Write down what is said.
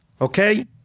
Okay